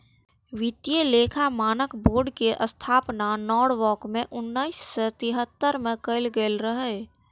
वित्तीय लेखा मानक बोर्ड के स्थापना नॉरवॉक मे उन्नैस सय तिहत्तर मे कैल गेल रहै